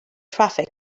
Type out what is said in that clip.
traffic